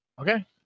Okay